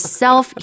self